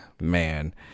Man